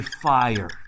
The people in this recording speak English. fire